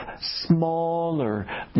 smaller